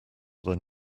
than